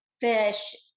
fish